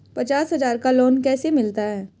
पचास हज़ार का लोन कैसे मिलता है?